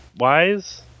wise